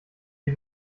ich